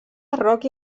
barroc